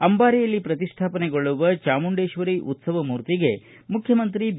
ಅಂಬಾರಿಯಲ್ಲಿ ಪ್ರತಿಷ್ಠಾಪನೆಗೊಳ್ಳುವ ಚಾಮುಂಡೇಶ್ವರಿ ಉತ್ತವ ಮೂರ್ತಿಗೆ ಮುಖ್ಯಮಂತ್ರಿ ಬಿ